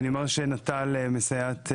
נט"ל מסייעת,